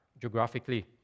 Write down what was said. geographically